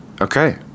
Okay